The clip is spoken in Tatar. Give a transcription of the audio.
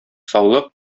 саулык